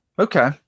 Okay